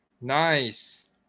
Nice